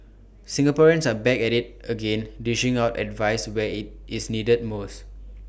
Singaporeans are back at IT again dishing out advice where IT is needed most